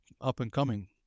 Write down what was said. up-and-coming